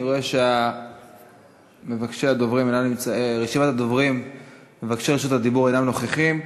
אני רואה שמבקשי רשות הדיבור אינם נוכחים.